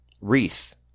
wreath